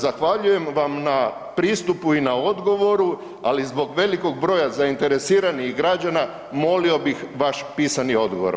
Zahvaljujem vam na pristupu i na odgovoru, ali zbog velikog broja zainteresiranih građana molio bih vaš pisani odgovor.